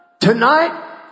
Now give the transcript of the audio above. Tonight